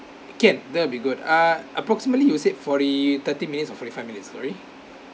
can that'll be good ah approximately you said forty thirty minutes or forty five minutes sorry